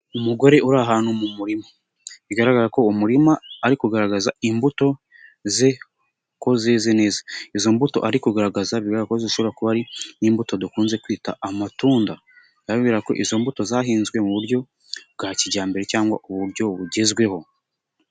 Umugore uri ahantu mu murima. Bigaragara ko uwo murima ari kugaragaza imbuto ze ko zeze neza. Izo mbuto ari kugaragaza, bigaragarag ko zishobora kuba ari nk'imbuto dukunze kwita amatunda. Bigaragara ko izo mbuto zahinzwe mu buryo bwa kijyambere cyangwa uburyo bugezweho.